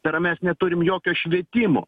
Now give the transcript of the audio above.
tai yra mes neturim jokio švietimo